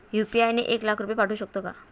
UPI ने एक लाख रुपये पाठवू शकतो का?